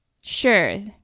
Sure